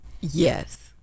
yes